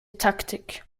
taktik